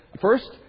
first